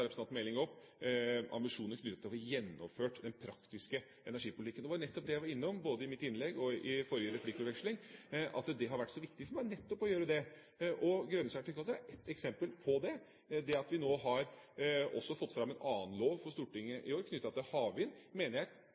representanten Meling opp ambisjoner knyttet til å få gjennomført den praktiske energipolitikken vår. Jeg var både i mitt innlegg og i forrige replikkveksling innom at det har vært så viktig for meg nettopp å gjøre det, og grønne sertifikater er ett eksempel på det. Det at vi nå har fått fram en annen lov for Stortinget i år knyttet til havvind, mener jeg